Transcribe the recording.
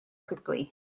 quickly